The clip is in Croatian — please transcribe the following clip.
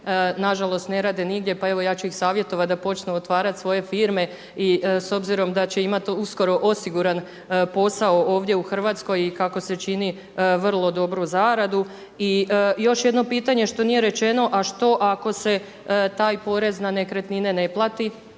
nažalost ne rade nigdje pa evo ja ću ih savjetovati da počnu otvarati svoje firme i s obzirom da će imati uskoro osiguran posao ovdje u Hrvatskoj i kako se čini vrlo dobru zaradu. I još jedno pitanje što nije rečeno, a što ako se taj porez na nekretnine ne plati?